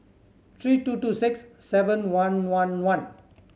three two two six seven one one one